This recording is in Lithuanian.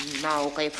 na o kaip